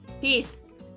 Peace